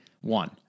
one